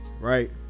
right